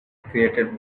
created